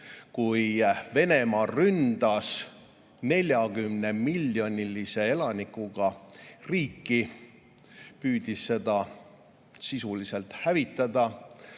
kui Venemaa ründas 40 miljoni elanikuga riiki, püüdis seda sisuliselt hävitada,